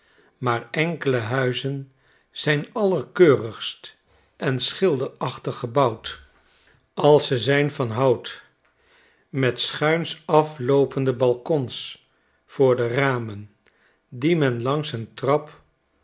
maar enkele huizen zijn allerkeurigst en schilderachtig gebouwd als ze zijn van hout met schuins afloopende balkons voor de ramen die men langs een trap